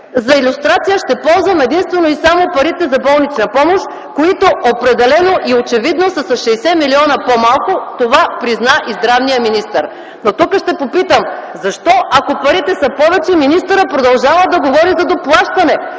За илюстрация ще ползвам единствено и само парите за болнична помощ, които определено и очевидно са с 60 милиона по-малко. Това призна и здравният министър. Но тук ще попитам: защо ако парите са повече, министърът продължава да говори за доплащане?